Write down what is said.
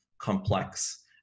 complex